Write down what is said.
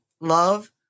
love